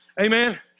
Amen